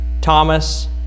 Thomas